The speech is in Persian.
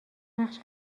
نقش